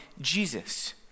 Jesus